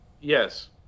Yes